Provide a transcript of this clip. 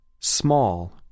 Small